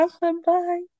Bye